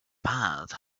path